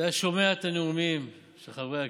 והיה שומע את הנאומים של חברי הכנסת,